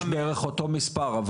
יש בערך אותו מספר,